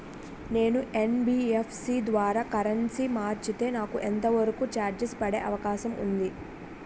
నేను యన్.బి.ఎఫ్.సి ద్వారా కరెన్సీ మార్చితే నాకు ఎంత వరకు చార్జెస్ పడే అవకాశం ఉంది?